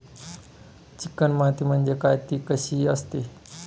Chicken माती म्हणजे काय? ति कशी असते?